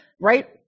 right